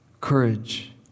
courage